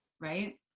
Right